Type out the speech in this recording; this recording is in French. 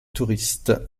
touristes